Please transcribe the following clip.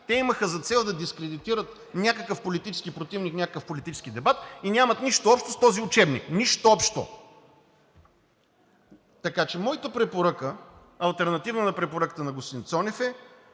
Те имаха за цел да дискредитират някакъв политически противник в някакъв политически дебат и нямат нищо общо с този учебник. Нищо общо! Така че моята препоръка, алтернативна на препоръката на господин Цонев,